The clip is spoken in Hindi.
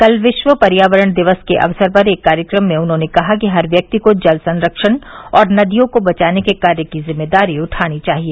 कल विश्व पर्यावरण दिवस के अवसर पर एक कार्यक्रम में उन्होंने कहा कि हर व्यक्ति को जल संरक्षण और नदियों को बचाने के कार्य की जिम्मेदारी उठानी चाहिए